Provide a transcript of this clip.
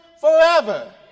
forever